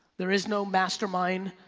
there is no mastermind,